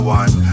one